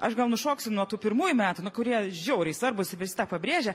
aš gal nušoksiu nuo tų pirmųjų metų nu kurie žiauriai svarbūs visi tą pabrėžia